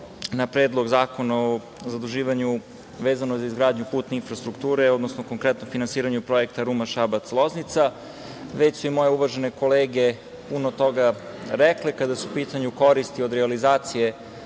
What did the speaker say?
na Predlog zakona o zaduživanju vezano za izgradnju putne infrastrukture, odnosno, konkretno, finansiranje projekta Ruma – Šabac – Loznica. Već su i moje uvažene kolege puno toga rekle kada su u pitanju koristi od realizacije